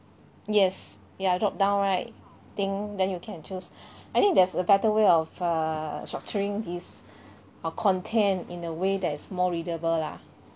yes ya drop down right thing then you can choose I think there's a better way of err structuring these uh content in a way that there is more readable lah